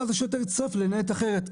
ואז השוטר יצטרף לניידת אחרת,